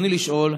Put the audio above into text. רצוני לשאול: